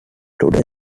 today